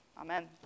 Amen